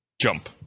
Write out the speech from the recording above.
jump